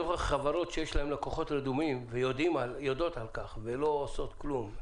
חברות שיש להם לקוחות רדומים ויודעות על כך ולא עושות כלום,